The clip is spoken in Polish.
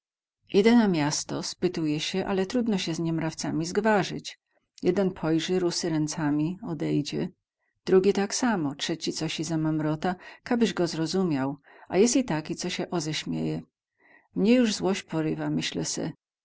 idę na miasto spytuję sie ale trudno sie z niemrawcami zgwarzyć jeden pojrzy rusy ręcami odejdzie drugi tak samo trzeci cosi zamamrota kabyś go zrozumiał a jest i taki co sie oześmieje mnie juz złoś porywa myślę se